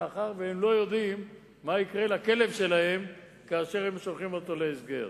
מאחר שהם לא יודעים מה יקרה לכלב שלהם כאשר הם שולחים אותו להסגר.